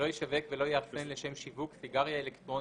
לא ישווק ולא יאחסן לשם שיווק סיגריה אלקטרונית,